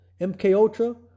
MKUltra